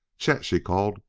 chet, she called,